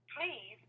Please